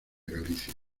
galicia